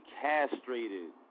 castrated